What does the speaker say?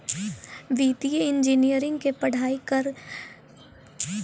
वित्तीय इंजीनियरिंग के पढ़ाई करे लगी अपने के गणित के ज्ञान होवे ला जरूरी हई